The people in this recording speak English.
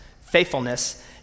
faithfulness